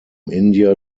india